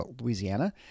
Louisiana